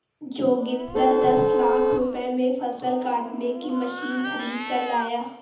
जोगिंदर दस लाख रुपए में फसल काटने की मशीन खरीद कर लाया